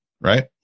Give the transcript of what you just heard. right